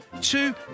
Two